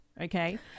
okay